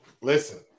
listen